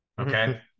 Okay